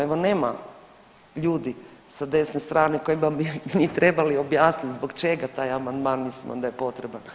Evo, nema ljudi sa desne strane kojima bih mi trebali objasniti zbog čega taj amandman mislimo da je potreban.